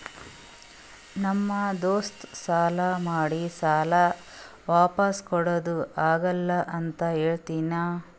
ನಮ್ ದೋಸ್ತ ಸಾಲಾ ಮಾಡಿ ಸಾಲಾ ವಾಪಿಸ್ ಕುಡಾದು ಆಗಲ್ಲ ಅಂತ ಹೇಳ್ಯಾನ್